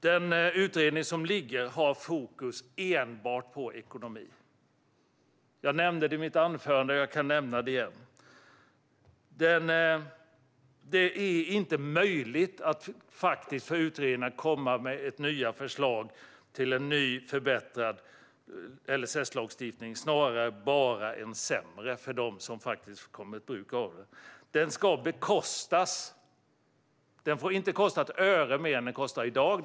Den utredning som pågår har fokus enbart på ekonomi. Jag nämnde det i mitt anförande, och jag kan nämna det igen. Det är inte möjligt för utredningen att komma med nya förslag till en ny förbättrad LSS utan snarare bara en sämre för dem som har bruk av den. Den får inte kosta ett öre mer än vad den kostar i dag.